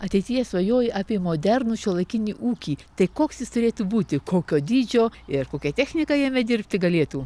ateityje svajoji apie modernų šiuolaikinį ūkį tai koks jis turėtų būti kokio dydžio ir kokia technika jame dirbti galėtų